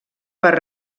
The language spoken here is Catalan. per